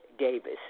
Davis